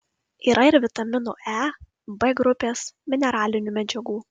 yra ir vitaminų e b grupės mineralinių medžiagų